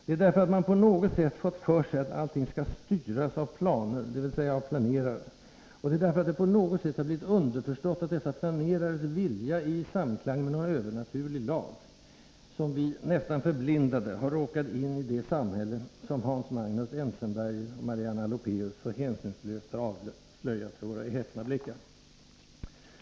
Det är därför att man på något sätt fått för sig att allting skall ”styras” av planer, dvs. av planerare, och det är därför att det på något sätt blivit underförstått att dessa planerares vilja är i samklang med någon övernaturlig lag som vi — nästan förblindade — har råkat in i det samhälle som Hans Magnus Enzensberger och Marianne Alopaeus så hänsynslöst avslöjat för våra häpna blickar.